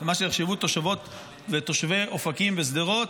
ומה שיחשבו תושבות ותושבי אופקים ושדרות.